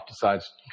decides